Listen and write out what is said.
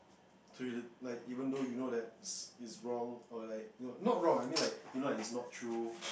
like even though you know that is wrong or like not wrong I mean like you know is not true